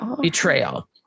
betrayal